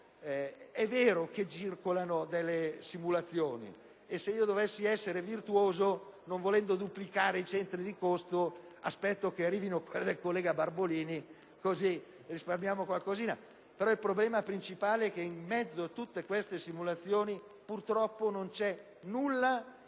che circolano simulazioni; se io dovessi essere virtuoso, non volendo duplicare i centri di costo, aspetterei quelle del collega Barbolini per poter risparmiare qualcosa. Il problema principale, però, è che in mezzo a tutte queste simulazioni purtroppo non c'è nulla